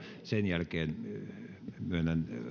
sen jälkeen myönnän